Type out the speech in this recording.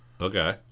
okay